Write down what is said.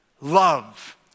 love